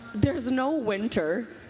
there is no winter.